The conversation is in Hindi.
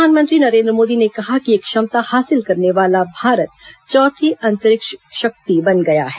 प्रधानमंत्री नरेन्द्र मोदी ने कहा कि यह क्षमता हासिल करने वाला भारत चौथी अंतरिक्ष शक्ति बन गया है